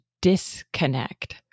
disconnect